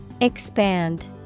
Expand